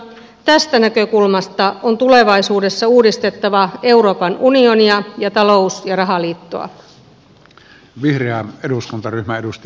tästä näkökulmasta on tulevaisuudessa uudistettava euroopan unionia ja talous ja rahaliittoa